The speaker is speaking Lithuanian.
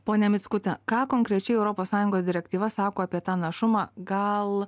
pone mickute ką konkrečiai europos sąjungos direktyva sako apie tą našumą gal